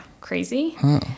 crazy